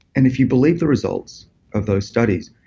and if you believe the results of those studies,